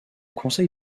conseil